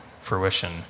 fruition